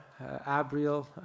Abriel